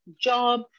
job